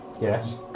Yes